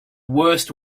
worst